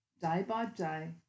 day-by-day